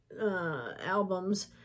albums